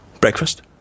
breakfast